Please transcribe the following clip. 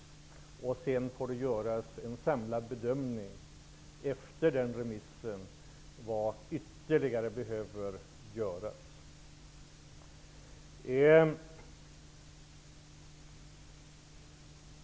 Efter remissbehandlingen får vi göra en samlad bedömning av vad som ytterligare behöver göras.